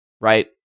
right